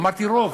אמרתי: רוב.